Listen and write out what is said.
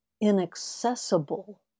inaccessible